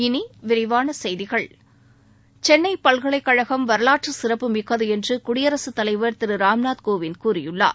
இனி விரிவான செய்திகள் சென்னை பல்கலைக்கழகம் வரலாற்று சிறப்பு மிக்கது என்று குடியரசுத் தலைவர் திரு ராம்நாத் கோவிந்த் கூறியுள்ளார்